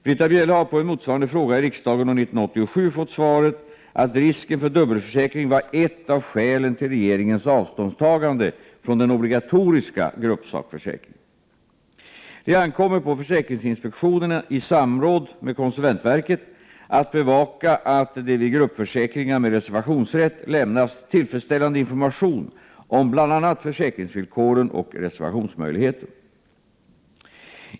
Britta Bjelle har på en motsvarande fråga i riksdagen år 1987 fått svaret på att risken för dubbelförsäkring var ett av skälen till regeringens avståndstagande från den obligatoriska gruppsakförsäkringen. Det ankommer på försäkringsinspektionen i samråd med konsumentverket att bevaka att det vid gruppförsäkringar med reservationsrätt lämnas tillfredsställande information om bl.a. försäkringsvillkoren och reservationsmöjligheten.